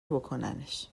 بکننش